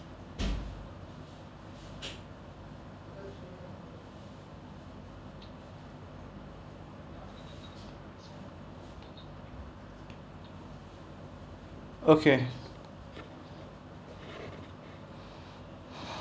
okay